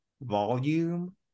volume